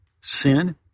sin